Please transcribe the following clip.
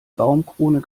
baumkrone